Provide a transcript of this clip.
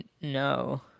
No